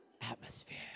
atmosphere